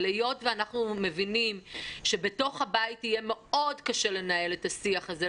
אבל היות ואנחנו מבינים שבתוך הבית יהיה מאוד קשה לנהל את השיח הזה,